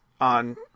on